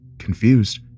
Confused